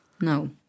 No